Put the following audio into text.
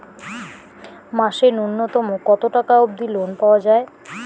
মাসে নূন্যতম কতো টাকা অব্দি লোন পাওয়া যায়?